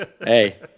Hey